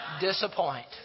disappoint